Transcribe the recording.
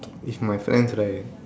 if my friends like